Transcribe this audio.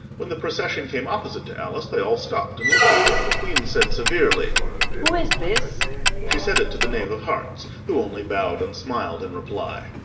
when the procession came opposite to alice, they all stopped and looked at her, and the queen said severely who is this she said it to the knave of hearts, who only bowed and smiled in reply.